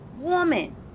woman